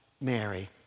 Mary